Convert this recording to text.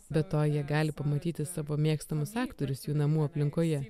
be to jie gali pamatyti savo mėgstamus aktorius jų namų aplinkoje